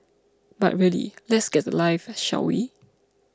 but really let's get a life shall we